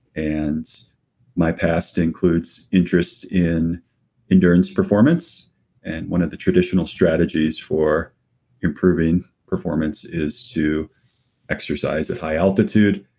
and my past includes interest in endurance performance and one of the traditional strategies for improving performance is to exercise at high altitude.